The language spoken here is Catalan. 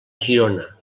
girona